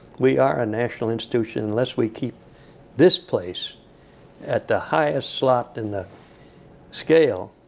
we are a national institution. unless we keep this place at the highest slot in the scale,